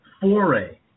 foray